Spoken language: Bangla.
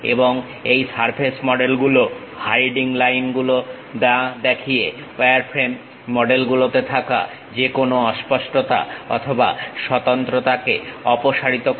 এবং এই সারফেস মডেল গুলো হাইডিং লাইন গুলো না দেখিয়ে ওয়ারফ্রেম মডেলগুলোতে থাকা যেকোনো অস্পষ্টতা অথবা স্বতন্ত্রতাকে অপসারিত করে